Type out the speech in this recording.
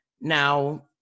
Now